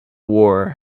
war